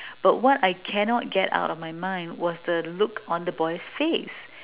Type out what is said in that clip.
but what I cannot get out of my mind was the look on the boy's face